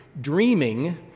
Dreaming